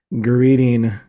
greeting